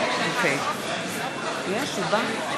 (קוראת בשמות חברי הכנסת)